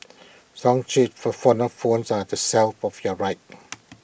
song sheets for xylophones are on the shelf to your right